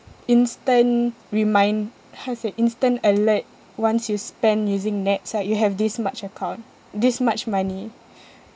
instant remind how to say instant alert once you spend using NETS like you have this much account this much money